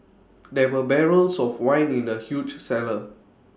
there were barrels of wine in the huge cellar